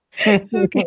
Okay